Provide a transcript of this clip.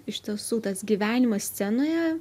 iš tiesų tas gyvenimas scenoje